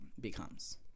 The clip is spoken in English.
becomes